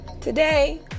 Today